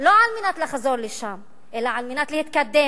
לא על מנת לחזור לשם אלא על מנת להתקדם